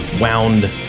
wound